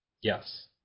yes